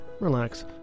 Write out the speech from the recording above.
relax